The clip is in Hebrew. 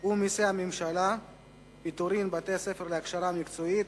ומסי הממשלה (פטורין) (בתי-ספר להכשרה מקצועית),